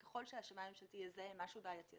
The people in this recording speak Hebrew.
ככל שהשמאי הממשלתי יזהה משהו בעייתי,